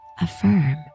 affirm